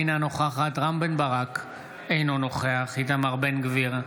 אינה נוכחת רם בן ברק, אינו נוכח איתמר בן גביר,